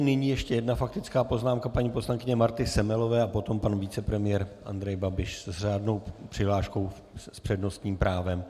Nyní ještě jedna faktická poznámka paní poslankyně Marty Semelové a potom pan vicepremiér Andrej Babiš s řádnou přihláškou s přednostním právem.